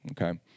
Okay